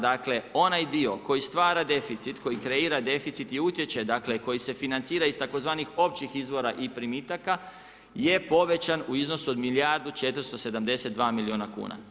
Dakle onaj dio koji stvara deficit koji kreira deficit i utječe koji se financira iz tzv. općih izvora i primitaka je povećan u iznosu od milijardu 472 milijuna kuna.